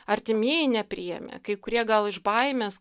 artimieji nepriėmė kai kurie gal iš baimės